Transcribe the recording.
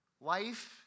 Life